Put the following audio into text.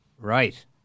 right